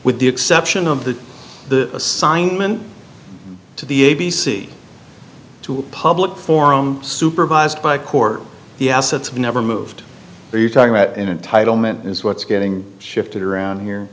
with the exception of the the assignment to the a b c to a public forum supervised by corps the assets of never moved are you talking about in a title meant is what's getting shifted around here